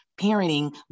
parenting